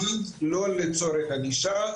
הוא מופנה לפסיכיאטר.